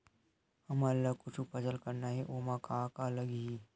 हमन ला कुछु फसल करना हे ओमा का का लगही?